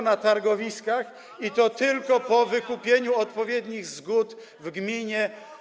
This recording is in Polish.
na targowiskach, i to po wykupieniu odpowiednich zgód w gminie.